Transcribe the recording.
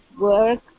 work